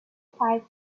pipe